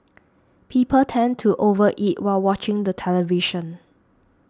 people tend to over eat while watching the television